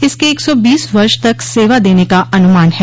इसके एक सौ बीस वर्ष तक सेवा देने का अनुमान है